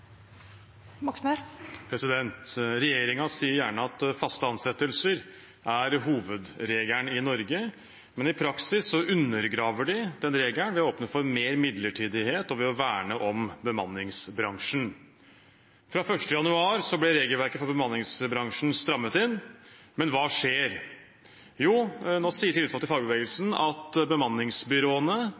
sier gjerne at faste ansettelser er hovedregelen i Norge, men i praksis undergraver de den regelen ved å åpne for mer midlertidighet og ved å verne om bemanningsbransjen. Fra 1. januar ble regelverket for bemanningsbransjen strammet inn, men hva skjer? Jo, nå sier tillitsvalgte i fagbevegelsen at bemanningsbyråene